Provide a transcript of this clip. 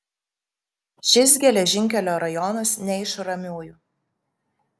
šis geležinkelio rajonas ne iš ramiųjų